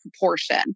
proportion